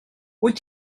wyt